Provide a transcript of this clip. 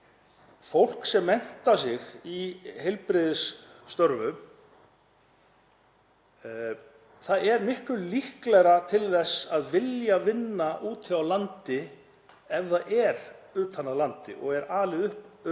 fólk sem menntar sig í heilbrigðisstörfum er miklu líklegra til þess að vilja vinna úti á landi ef það er utan af landi og er alið upp úti